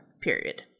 Period